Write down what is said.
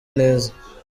neza